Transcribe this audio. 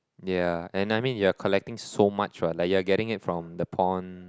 yeah and I mean you're collecting so much what like you are getting it from the pond